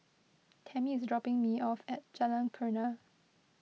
Tammy is dropping me off at Jalan Kurnia